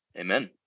Amen